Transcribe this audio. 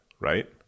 right